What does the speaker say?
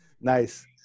Nice